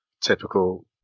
typical